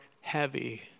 heavy